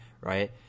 right